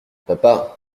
papa